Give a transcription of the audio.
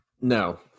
no